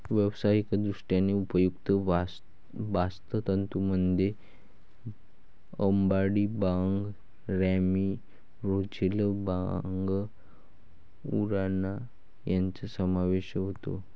व्यावसायिकदृष्ट्या उपयुक्त बास्ट तंतूंमध्ये अंबाडी, भांग, रॅमी, रोझेल, भांग, उराणा यांचा समावेश होतो